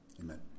amen